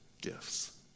gifts